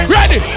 Ready